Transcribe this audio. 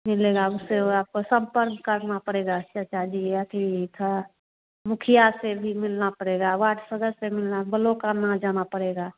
मिलेगा उससे वापस संपर्क करना पड़ेगा चाचा जी अथि थ मुखिया से भी मिलना पड़ेगा वार्ड सदस्य से मिलना बलौक आना जाना पड़ेगा